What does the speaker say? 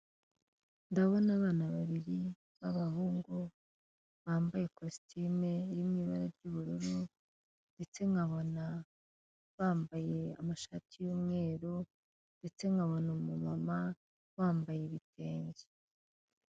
Ndabona abana babiri b'abahungu bambaye kositime iri mu ibara ry'ubururu ndetse nkabona bambaye amashati y'umweru ndetse nkabona umumama bambaye ibitenge.